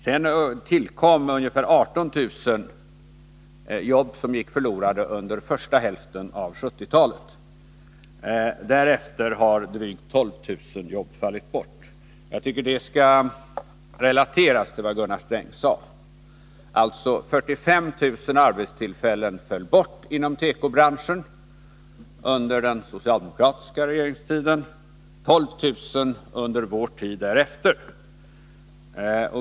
Sedan gick ungefär 18000 jobb förlorade under första hälften av 1970-talet. Därefter har drygt 12 000 jobb fallit bort. Vad Gunnar Sträng sade skall relateras till detta. 45 000 arbetstillfällen inom tekobranschen föll alltså bort under den socialdemokratiska regeringstiden, 12 000 har fallit bort under vår tid därefter.